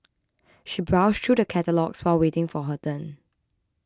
she browsed through the catalogues while waiting for her turn